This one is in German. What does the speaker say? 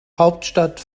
hauptstadt